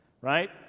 Right